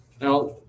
Now